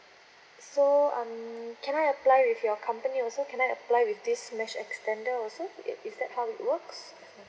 so um can I apply with your company also can I apply with this mesh extender also is that how it works